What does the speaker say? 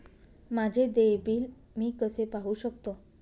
माझे देय बिल मी कसे पाहू शकतो?